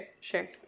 sure